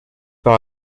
par